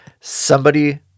Somebody-